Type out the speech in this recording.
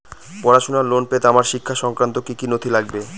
পড়াশুনোর লোন পেতে আমার শিক্ষা সংক্রান্ত কি কি নথি লাগবে?